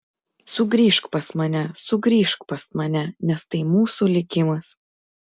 sugrįžk pas mane sugrįžk pas mane nes tai mūsų likimas